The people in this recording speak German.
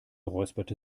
räusperte